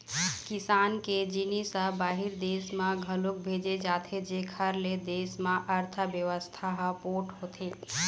किसान के जिनिस ह बाहिर देस म घलोक भेजे जाथे जेखर ले देस के अर्थबेवस्था ह पोठ होथे